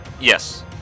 yes